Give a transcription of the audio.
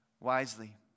wisely